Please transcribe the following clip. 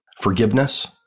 forgiveness